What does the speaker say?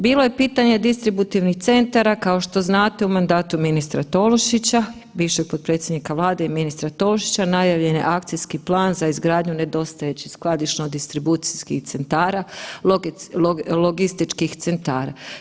Bilo je pitanje distributivnih centara, kao što znate u mandatu ministra Tolušića, bivšeg potpredsjednika i ministra Tolušića najavljen je akcijski plan za izgradnju nedostajućih skladišno distribucijskih centara, logističkih centara.